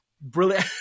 brilliant